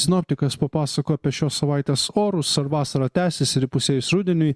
sinoptikas papasako apie šios savaitės orus ar vasara tęsis ir įpusėjus rudeniui